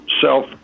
self